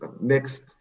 next